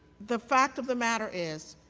the fact of the matter is,